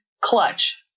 clutch